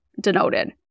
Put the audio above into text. denoted